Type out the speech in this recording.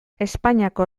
espainiako